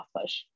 push